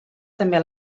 també